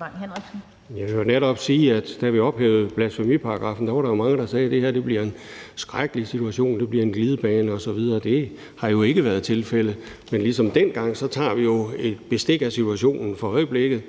Bang Henriksen (V): Jeg vil netop sige, at da vi ophævede blasfemiparagraffen, var der jo mange, der sagde, at det her bliver en skrækkelig situation, en glidebane osv., og det har jo ikke været tilfældet. Men ligesom dengang tager vi jo bestik af situationen for øjeblikket.